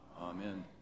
Amen